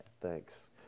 thanks